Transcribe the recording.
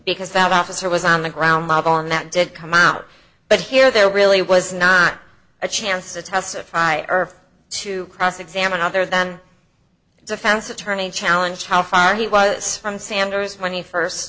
because that officer was on the ground on that did come out but here there really was not a chance to testify earth to cross examine other than defense attorney challenge how far he was from sanders when he